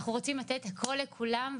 ואנחנו רוצים לתת הכול לכולם,